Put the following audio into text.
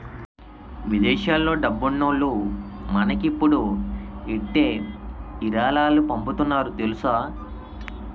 విదేశాల్లో డబ్బున్నోల్లు మనకిప్పుడు ఇట్టే ఇరాలాలు పంపుతున్నారు తెలుసా